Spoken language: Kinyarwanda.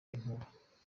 inkuba